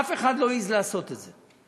אף אחד לא העז לעשות את זה.